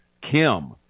Kim